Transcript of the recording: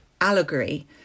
allegory